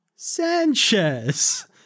Sanchez